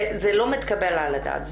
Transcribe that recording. זה לא מתקבל על הדעת.